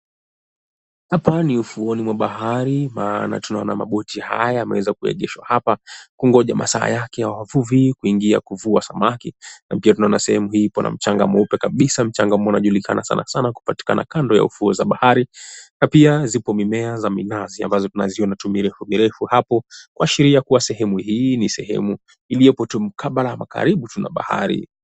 Hapa ni ufuoni mwa bahari, maana tunaona maboti haya yameweza kuegeshwa hapa, kungoja masaa yake ya wavuvi kuingia kuvua samaki. Na pia tunaona sehemu hii ipo na mchanga mweupe kabisa, mchanga ambao unajulikana sana sana kupatikana kando ya ufuo za bahari. Na pia zipo mimea za minazi, ambazo tunaziona miti mirefu mirefu hapo, kuashiria kuwa sehemu hii ni sehemu iliyopo kabla ama karibu tu na bahari.